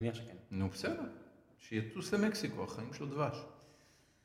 נו בסדר, שייטוס למקסיקו, החיים שלו דבש